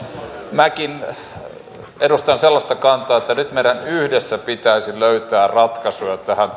minäkin edustan sellaista kantaa että nyt meidän yhdessä pitäisi löytää ratkaisuja tähän